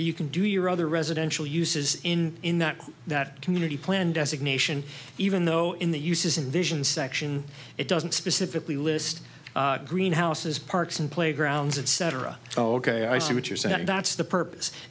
you can do your other residential uses in in that that community plan designation even though in the uses in vision section it doesn't specifically list green houses parks and playgrounds and cetera oh ok i see what you're saying that's the